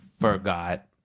forgot